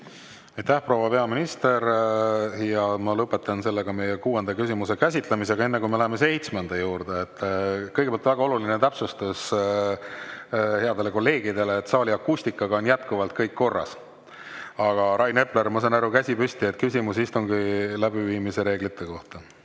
Aitäh, proua peaminister! Ma lõpetan meie kuuenda küsimuse käsitlemise. Aga enne, kui me läheme seitsmenda juurde, kõigepealt väga oluline täpsustus headele kolleegidele: saali akustikaga on jätkuvalt kõik korras. Aga, Rain Epler, ma sain aru – käsi püsti –, et küsimus istungi läbiviimise reeglite kohta.